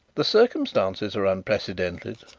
the circumstances are unprecedented,